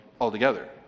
altogether